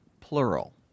plural